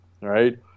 Right